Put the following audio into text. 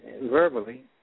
verbally